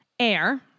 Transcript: air